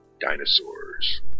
dinosaurs